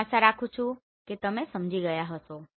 હું આશા રાખું છું કે તમે આ સમજી ગયા હશો